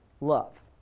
love